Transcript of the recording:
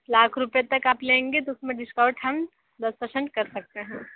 लाख रुपये तक आप लेंगी तो उसमें डिस्काउंट हम दस परसेंट कर सकते हैं